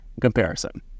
comparison